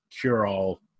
cure-all